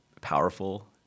powerful